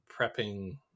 prepping